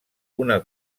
una